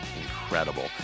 incredible